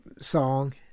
song